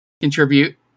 contribute